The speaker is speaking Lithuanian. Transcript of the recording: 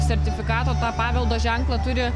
sertifikato tą paveldo ženklą turi